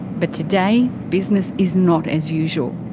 but today, business is not as usual.